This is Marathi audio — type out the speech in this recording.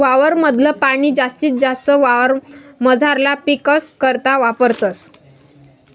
वावर माधल पाणी जास्तीत जास्त वावरमझारला पीकस करता वापरतस